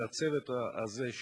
והצוות הזה,